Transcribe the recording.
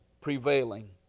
prevailing